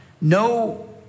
no